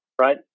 Right